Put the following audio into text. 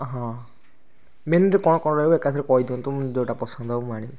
ହଁ ମେନ୍ୟୁରେ କଣ କଣ ରହିବ ଏକାଥରେ କହିଦିଅନ୍ତୁ ମୋର ଯେଉଁଟା ପସନ୍ଦ ହେବ ମୁଁ ଆଣିବି